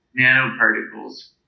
nanoparticles